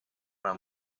uue